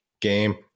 game